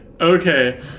okay